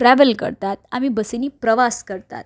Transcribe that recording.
travel करतात आमी बसींनी प्रवास करतात